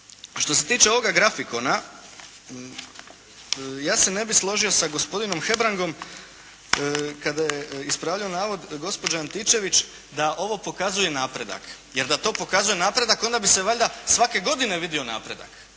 što se tiče ovoga grafikona, ja se ne bih složio sa gospodinom Hebrangom kada je ispravljao navod gospođe Antičević da ovo pokazuje napredak, jer da to pokazuje napredak onda bi se valjda svake godine vidio napredak,